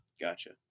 Gotcha